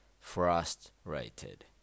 frustrated